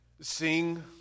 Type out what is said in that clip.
sing